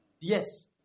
Yes